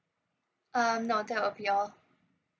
um no that will be all